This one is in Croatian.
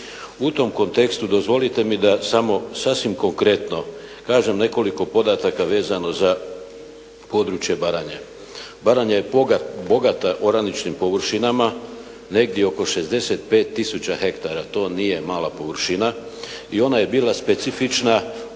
U tom kontekstu dozvolite mi da samo sasvim konkretno kažem nekoliko podataka vezano za područje Baranje. Baranja je bogata oraničnim površinama negdje oko 65 tisuća hektara, to nije mala površina, i ona je bila specifična što